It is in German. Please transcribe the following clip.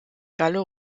gallo